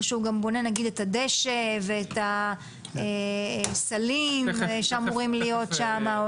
או שהוא בונה נגיד את הדשא ואת הסלים שאמורים להיות שם,